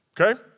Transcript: okay